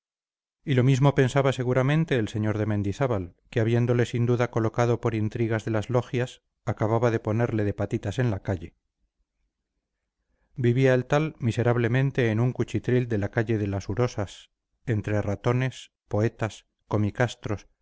y lo mismo pensaba seguramente el sr de mendizábal que habiendole sin duda colocado por intrigas de las logias acababa de ponerle de patitas en la calle vivía el tal miserablemente en un cuchitril de la calle de las urosas entre ratones poetas